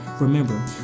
Remember